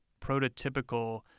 prototypical